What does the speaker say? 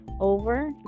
over